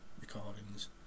recordings